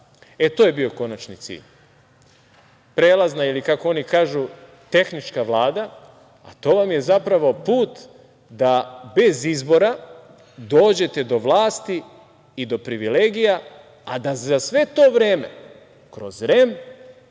To je bio konačni cilj. Prelazna ili kako oni kažu tehnička Vlada, a to vam je zapravo put da bez izbora dođete do vlasti i do privilegija, a da za sve to vreme kroz REM,